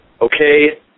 Okay